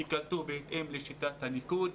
ייקלטו בהתאם לשיטת הניקוד.